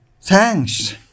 Thanks